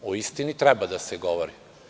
O istini treba da se govori.